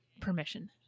permission